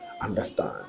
understand